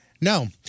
No